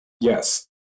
Yes